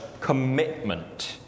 commitment